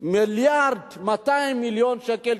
מיליארד ו-200 מיליון שקל,